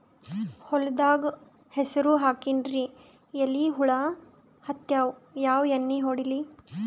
ಹೊಲದಾಗ ಹೆಸರ ಹಾಕಿನ್ರಿ, ಎಲಿ ಹುಳ ಹತ್ಯಾವ, ಯಾ ಎಣ್ಣೀ ಹೊಡಿಲಿ?